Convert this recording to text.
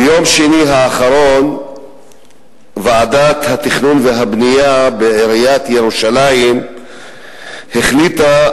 ביום שני האחרון ועדת התכנון והבנייה בעיריית ירושלים החליטה